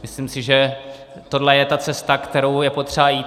Myslím si, že tohle je ta cesta, kterou je potřeba jít.